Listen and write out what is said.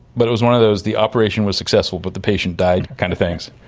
but it was one of those the operation was successful but the patient died kind of things.